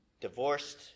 divorced